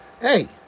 hey